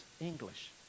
English